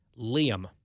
Liam